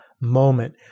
moment